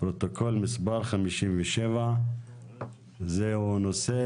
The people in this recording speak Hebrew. פרוטוקול מספר 57. זה נושא